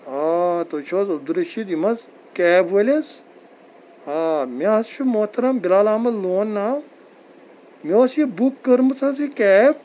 آ تُہۍ چھِو حظ عبدُل رشیٖد یِم حظ کیب وٲلۍ حظ آ مےٚ حظ چھِ محترم بِلال احمد لون ناو مےٚ ٲس یہِ بُک کٔرمٕژ حظ یہِ کیب